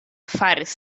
faris